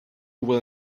will